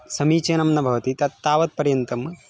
समीचीनं न भवति तत् तावत्पर्यन्तं